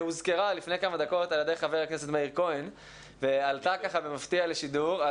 שהוזכרה לפני כמה דקות על ידי חבר הכנסת מאיר כהן ועלתה במפתיע לשידור.